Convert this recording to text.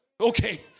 Okay